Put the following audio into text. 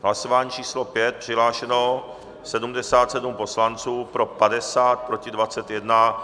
Hlasování číslo 5, přihlášeno 77 poslanců, pro 50, proti 21.